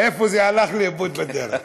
איפה זה הלך לאיבוד בדרך?